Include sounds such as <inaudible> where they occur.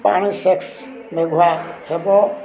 ପାଣି <unintelligible> ହେବ